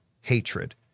hatred